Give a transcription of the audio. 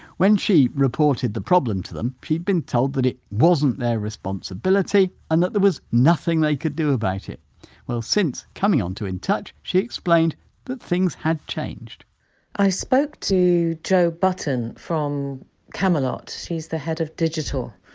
when she reported the problem to them, she'd been told that it wasn't their responsibility and that there was nothing they could do about it well since coming on to in touch she explained that things had changed i spoke to jo button from camelot, who's the head of digital,